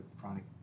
chronic